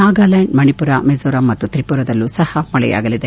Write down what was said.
ನಾಗಾಲ್ಲಾಂಡ್ ಮಣಿಪುರ ಮಿಜೋರಾಮ್ ಮತ್ತು ತ್ರಿಪುರದಲ್ಲೂ ಸಪ ಮಳೆಯಾಗಲಿದೆ